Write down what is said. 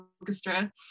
Orchestra